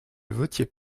votiez